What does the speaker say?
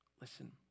Listen